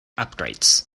upgrades